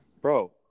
Bro